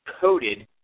coated